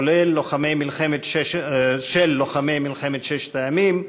כולל של לוחמי מלחמת ששת הימים,